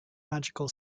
magical